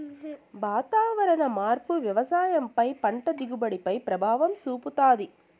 వాతావరణ మార్పు వ్యవసాయం పై పంట దిగుబడి పై ప్రభావం చూపుతాది